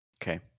Okay